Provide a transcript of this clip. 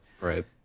Right